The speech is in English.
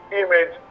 image